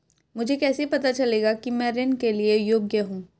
मुझे कैसे पता चलेगा कि मैं ऋण के लिए योग्य हूँ?